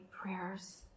prayers